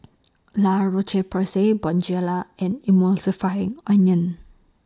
La Roche Porsay Bonjela and